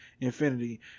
Infinity